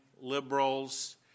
liberals